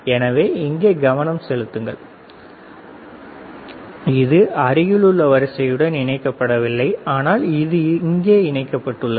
எனவே இங்கே கவனம் செலுத்துவோம் ஆமாம் இது அருகிலுள்ள வரிசையுடன் இணைக்கப்படவில்லை ஆனால் இது இங்கே இணைக்கப்பட்டுள்ளது